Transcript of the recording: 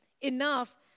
enough